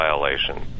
violation